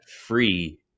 free